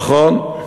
נכון,